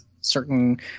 certain